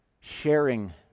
sharing